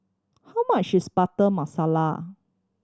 how much is Butter Masala